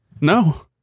No